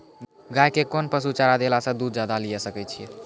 गाय के कोंन पसुचारा देला से दूध ज्यादा लिये सकय छियै?